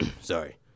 sorry